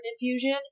infusion